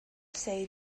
say